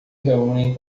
reúnem